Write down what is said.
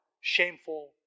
shameful